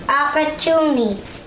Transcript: opportunities